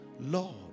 Lord